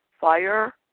Fire